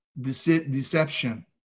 deception